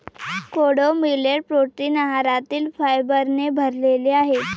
कोडो millet protein आहारातील फायबरने भरलेले आहे